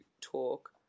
talk